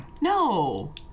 No